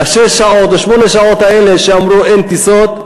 ובגלל שש השעות או שמונה השעות האלה שאמרו שאין טיסות,